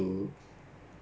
ya I mean